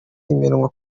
iminwa